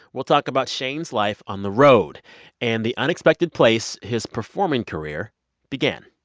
we'll talk about shane's life on the road and the unexpected place his performing career began